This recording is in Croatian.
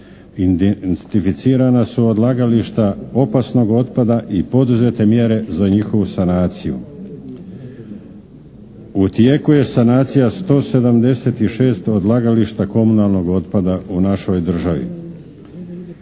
Identificirana su odlagališta opasnog otpada i poduzete mjere za njihovu sanaciju. U tijeku je sanacija 176 odlagališta komunalnog otpada u našoj državi.